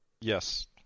Yes